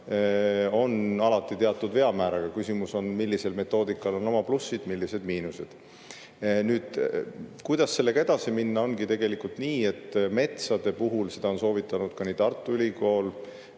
on alati teatud veamääraga. Küsimus on, millisel metoodikal on oma plussid, millisel on miinused. Nüüd, kuidas sellega edasi minna? Ongi tegelikult nii, et metsade puhul – seda on soovitanud ka Tartu Ülikool